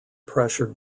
pressure